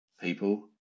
people